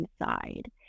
inside